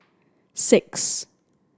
six